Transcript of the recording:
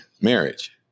marriage